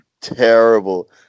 terrible